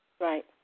Right